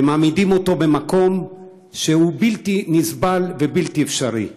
ומעמידים אותו במקום שהוא בלתי נסבל ובלתי אפשרי.